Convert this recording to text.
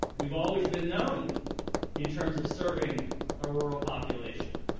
we've always been known in terms of serving a rural population.